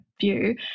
view